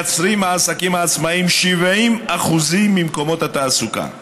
ומייצרים, העסקים העצמאיים, 70% ממקומות התעסוקה.